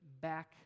back